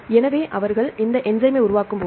எனவே அவர்கள் இந்த என்ஸைமை உருவாக்கும் போது